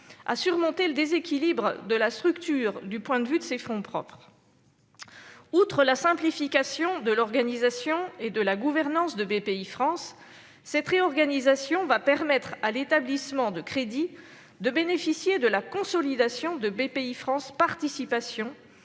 à surmonter le déséquilibre de la structure du point de vue de ses fonds propres. Outre la simplification de l'organisation et de la gouvernance de Bpifrance, cette réorganisation va permettre à l'établissement de crédit de bénéficier de la consolidation de Bpifrance Participations